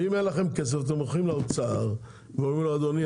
ואם אין לכם כסף אתם הולכים לאוצר ואומרים לו: אדוני,